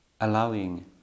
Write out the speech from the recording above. allowing